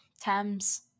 Thames